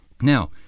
Now